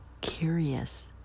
curious